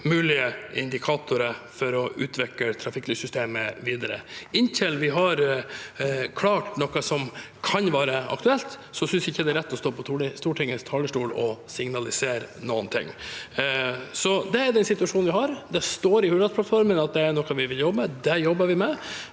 mulige indikatorer for å utvikle trafikklyssystemet videre. Inntil vi har klart noe som kan være aktuelt, syns jeg ikke det er rett å stå på Stortingets talerstol og signalisere noen ting. Det er den situasjonen vi har. Det står i Hurdalsplattformen at det er noe vi vil jobbe med, og det jobber vi med.